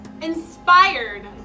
Inspired